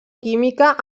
química